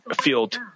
field